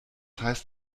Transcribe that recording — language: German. heißt